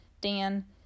Dan